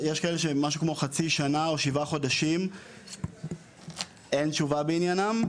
יש כאלה שהם משהו כמו חצי שנה או שבעה חודשים אין תשובה בעניינם.